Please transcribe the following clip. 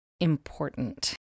Important